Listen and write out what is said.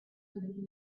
universal